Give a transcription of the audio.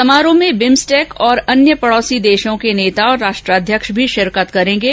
समारोह में बिम्सटेक और अन्य पड़ोसी देशों के नेता और राष्ट्राध्यक्ष भी शिरकत करेंगे